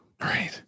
Right